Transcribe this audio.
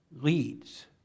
leads